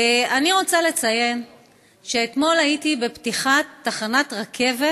אני רוצה לציין שאתמול הייתי בפתיחת תחנת רכבת